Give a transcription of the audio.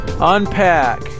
unpack